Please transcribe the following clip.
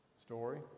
story